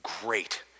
great